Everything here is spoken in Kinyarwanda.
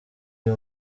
iyo